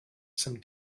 some